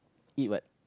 eat what